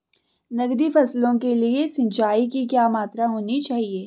नकदी फसलों के लिए सिंचाई की क्या मात्रा होनी चाहिए?